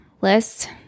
List